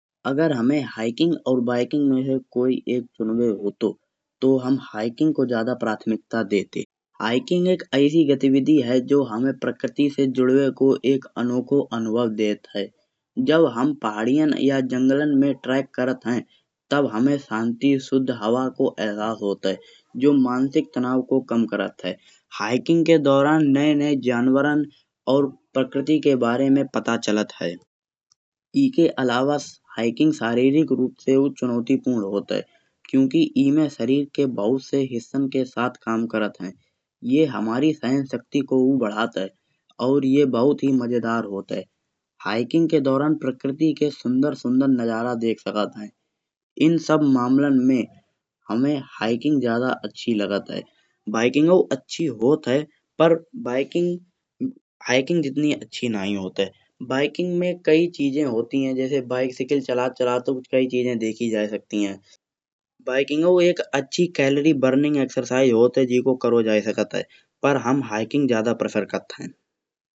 अगर हुमे हाइकिंग और बाइकिंग में से कोई एक चुनबे हो तो हम हाइकिंग को ज्यादा प्रथमिकता देते। हाइकिंग एक ऐसी गतिविधि है जो हुमे प्रकृति से जुड़े को एक अनोखा अनुभव देते है। जब हम पहाड़ीयां में या जंगलन में ट्रैक करत है तब हुमे शांति सुध हवा को अहसास होते है जो मानसिक तनाव को कम करत है। हाइकिंग के दौरान नए नए जानवरन और प्रकृति के बारे में पता चलत है ईके अलावा हाइकिंग शारीरिक रूप से हु चुनौती पूर्ण होत है। क्योंकि ई में शरीर के बहुत से हिस्सन के साथ काम करत है। ये हमारी सहन शक्ति को बढ़ात है ये बहुत ही मजेदार होत है। हाइकिंग के दौरान प्रकृति के सुंदर सुंदर नज़ारा देख सकत है इन सब मामलन में हुमे हाइकिंग ज्यादा अच्छी लागत है। बाइकिंग भी अच्छी होत है पर बाइकिंग हाइकिंग जितनी अच्छी नई होत है बाइकिंग में कई चीजे होती है। जैसे साइकिल चलत चलत तो कई चीजे देखी जा सकती है। बाइकिंग भी एक अच्छी कालोरी बर्निंग एक्सरसाइज होत है जी को करो जा सकत है पर हम हाइकिंग ज्यादा प्रेफर करत है।